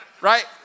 Right